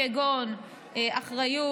כגון אחריות,